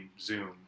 Zoom